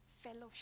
fellowship